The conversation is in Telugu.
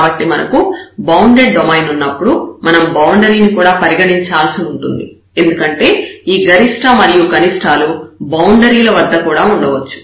కాబట్టి మనకు బాండెడ్ డొమైన్ ఉన్నప్పుడు మనం బౌండరీ ని కూడా పరిగణించాల్సి ఉంటుంది ఎందుకంటే ఈ గరిష్ట మరియు కనిష్టాలు బౌండరీల వద్ద కూడా ఉండవచ్చు